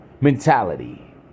mentality